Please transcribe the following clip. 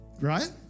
Right